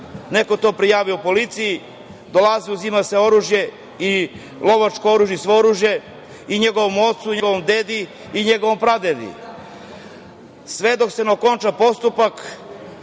neko to prijavio policiji, dolazi uzima se oružje i lovačko oružje i svo oružje i njegovom ocu i njegovom dedi i njegovom pradedi. Sve dok se ne okonča postupak